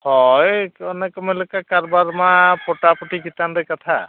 ᱦᱳᱭ ᱚᱱᱮ ᱠᱚ ᱢᱮᱱ ᱞᱮᱠᱟ ᱠᱟᱨᱵᱟᱨ ᱢᱟ ᱯᱚᱴᱟᱯᱚᱴᱤ ᱪᱮᱛᱟᱱ ᱨᱮ ᱠᱟᱛᱷᱟ